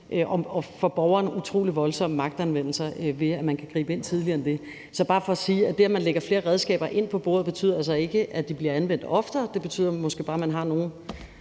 og for borgeren utrolig voldsomme magtanvendelser, ved at man kan gribe ind tidligere end det. Så det er bare for at sige, at det, at man lægger flere redskaber ind på bordet, altså ikke betyder, at de bliver anvendt oftere. Det betyder måske bare, at man har flere